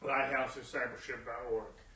LightHouseDiscipleship.org